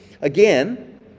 Again